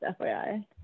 FYI